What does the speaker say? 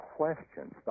questions